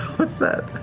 what's that?